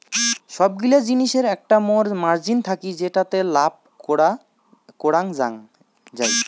সবগিলা জিলিসের একটা মোর মার্জিন থাকি যেটাতে লাভ করাঙ যাই